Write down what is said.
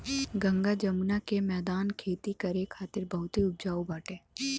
गंगा जमुना के मौदान खेती करे खातिर बहुते उपजाऊ बाटे